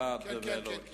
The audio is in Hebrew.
אלעד ולוד.